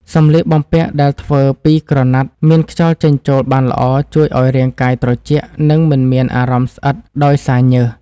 សម្លៀកបំពាក់ដែលធ្វើពីក្រណាត់មានខ្យល់ចេញចូលបានល្អជួយឱ្យរាងកាយត្រជាក់ និងមិនមានអារម្មណ៍ស្អិតដោយសារញើស។